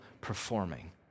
performing